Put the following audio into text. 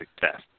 success